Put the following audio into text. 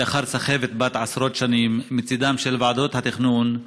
לאחר סחבת בת עשרות שנים מצידן של ועדות התכנון,